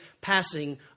passing